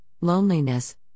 loneliness